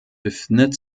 befindet